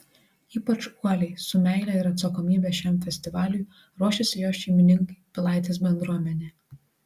ypač uoliai su meile ir atsakomybe šiam festivaliui ruošiasi jo šeimininkai pilaitės bendruomenė